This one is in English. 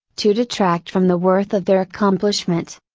to detract from the worth of their accomplishment.